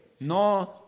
no